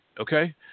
Okay